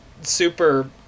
super